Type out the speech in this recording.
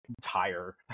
tire